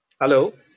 Hello